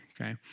okay